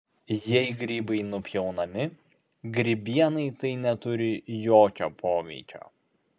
jei grybai nupjaunami grybienai tai neturi jokio poveikio